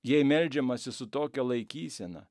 jai meldžiamasi su tokia laikysena